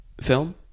film